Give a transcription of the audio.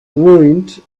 ruined